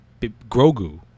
Grogu